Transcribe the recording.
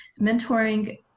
mentoring